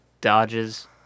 dodges